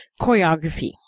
choreography